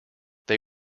they